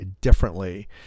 differently